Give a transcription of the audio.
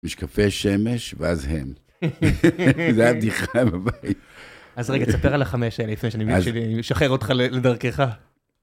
משקפי שמש, ואז הם. זו הייתה בדיחה בבית. - אז רגע, תספר על החמש, לפני שאני משחרר אותך לדרכך.